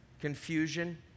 confusion